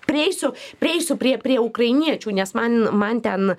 prieisiu prieisiu prie prie ukrainiečių nes man man ten